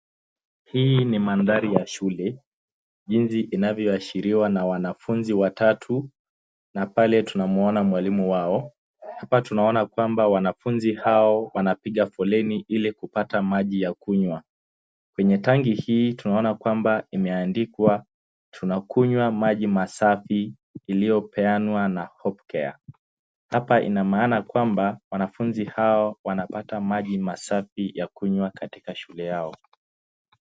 Hii ni maandhari ya shule jinsi inavyo ashiriwa na wanafunzi watatu na pale tunamwona mwalimu wao. Hapa tunaona kwamba wanafunzi hao wanapiga foleni ili kupata maji ya kunywa. Kwenye tangi hii tunaona kwamba imeandikwa, tunakunywa maji masafi iliyopeanwa na Hope Care. Hapa inamaana kwamba wanafunzi hao wanapata maji masafi ya kunywa katika shule yao.